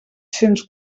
cents